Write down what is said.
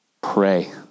Pray